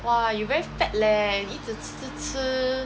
!wah! you very fat leh 你一直吃吃